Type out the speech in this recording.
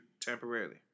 temporarily